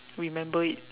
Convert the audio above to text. remember it